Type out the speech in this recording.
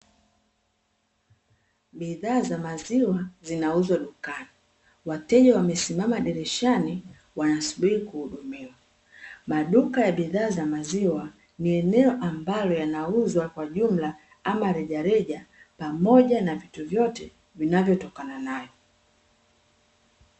Bidhaa za maziwa zinauzwa dukani, wateja wamesimama dirishani wanasubiri kuhudumiwa. Maduka ya bidhaa za maziwa ni eneo ambalo yanauzwa kwa jumla ama rejareja pamoja na vitu vyote vinavyotokana nayo.